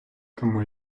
тому